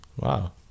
Wow